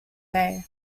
bay